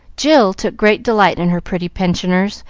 jill took great delight in her pretty pensioners,